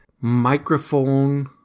microphone